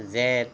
Z